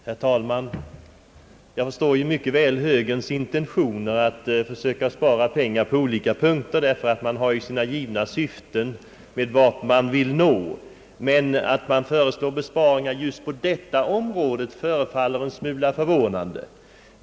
Herr talman! Jag förstår mycket väl högerns intentioner att försöka spara pengar på alla punkter, ty man har ju sina givna syften därmed. Men att man föreslår besparingar just på detta område är en smula förvånande.